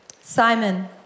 Simon